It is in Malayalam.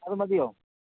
അത് മതിയോ